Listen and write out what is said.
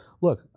Look